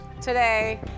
today